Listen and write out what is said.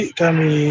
kami